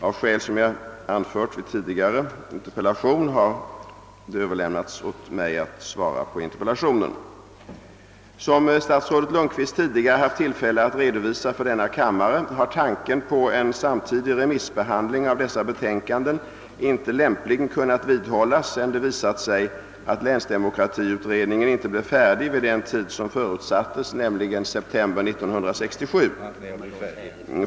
Av skäl som jag anfört i samband med besvarandet av föregående interpellation på föredragningslistan har dessa frågor överlämnats till mig för besvarande. Som jag tidigare haft tillfälle att redovisa för denna kammare har tanken på en samtidig remissbehandling av dessa betänkanden inte lämpligen kunnat vidhållas sedan det visat sig att länsdemokratiutredningen inte blev färdig vid den tid som förutsattes, nämligen i september 1967.